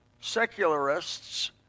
secularists